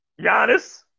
Giannis